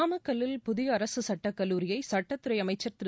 நாமக்கலில் புதிய அரசு சுட்டக் கல்லூரியை சுட்டத்துறை அமைச்சர் திரு